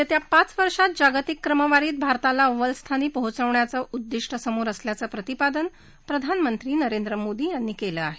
येत्या पाच वर्षात जागतिक क्रमवारीत भारताला अव्वलस्थानी पोहोचवण्याचं उद्दिष्ट समोर असल्याचं प्रतिपादन प्रधानमंत्री नरेंद्र मोदी यांनी केलं आहे